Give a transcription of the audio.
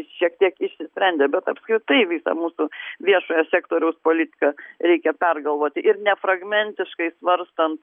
šiek tiek išsisprendė bet apskritai visą mūsų viešojo sektoriaus politiką reikia pergalvoti ir ne fragmentiškai svarstant